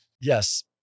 Yes